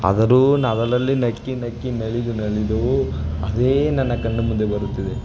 ಆದರೂ ನಾವೆಲ್ಲ ಅಲ್ಲಿ ನಕ್ಕು ನಕ್ಕು ನಲಿದು ನಲಿದೂ ಅದೇ ನನ್ನ ಕಣ್ಣು ಮುಂದೆ ಬರುತ್ತಿದೆ